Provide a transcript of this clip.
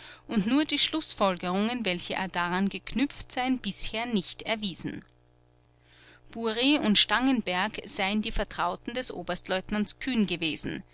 und nur die schlußfolgerungen welche er daran geknüpft seien bisher nicht erwiesen bury und stangenberg seien die vertrauten des oberstleutnants kühn gewesen